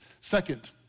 Second